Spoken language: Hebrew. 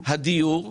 הדיור,